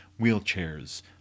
wheelchairs